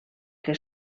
que